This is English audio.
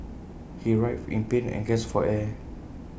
he writhed in pain and gasped for air